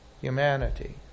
humanity